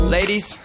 Ladies